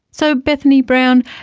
so, bethany brown,